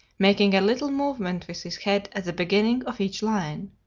making a little movement with his head at the beginning of each line.